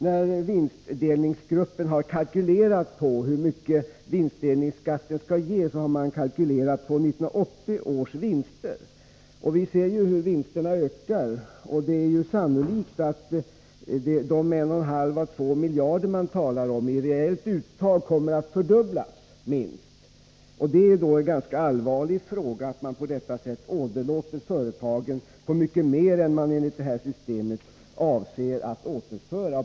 När vinstdelningsgruppen har kalkylerat hur mycket vinstdelningsskatten skall ge, har man utgått från 1980 års vinst. Vi ser hur vinsterna ökar, och det är sannolikt att de 1,5-2 miljarder som det talas om i realiteten kommer att minst fördubblas. Det är ganska allvarligt att man då på detta sätt åderlåter företagen på mycket mer än man enligt det här systemet avser att återföra.